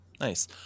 Nice